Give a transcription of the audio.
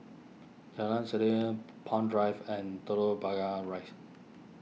Jalan Palm Drive and Telok Rise